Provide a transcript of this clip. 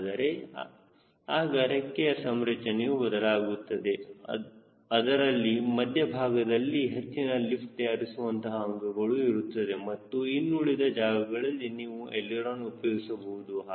ಹಾಗಾದರೆ ಆಗ ರೆಕ್ಕೆಯ ರಚನೆಯು ಬದಲಾಗುತ್ತದೆ ಅದರಲ್ಲಿ ಮಧ್ಯಭಾಗದಲ್ಲಿ ಹೆಚ್ಚಿನ ಲಿಫ್ಟ್ ತಯಾರಿಸುವಂತಹ ಅಂಗಗಳು ಇರುತ್ತದೆ ಮತ್ತು ಇನ್ನುಳಿದ ಜಾಗಗಳಲ್ಲಿ ನೀವು ಎಳಿರೋನ ಉಪಯೋಗಿಸಬಹುದು